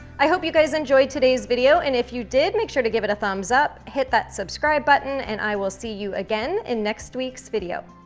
i hope you guys enjoyed today's video and if you did make sure to give it a thumbs up, hit that subscribe button, and i will see you again in next week's video.